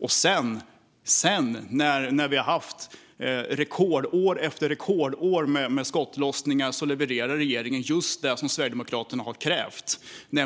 När Sverige sedan haft rekordår efter rekordår med skottlossningar levererar regeringen just det som Sverigedemokraterna har krävt: en